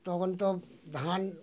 তখন তো ধান